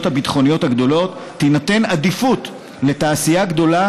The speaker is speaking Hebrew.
הביטחוניות הגדולות תינתן עדיפות לתעשייה גדולה